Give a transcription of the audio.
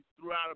throughout